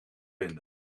vinden